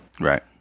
right